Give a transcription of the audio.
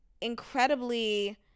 incredibly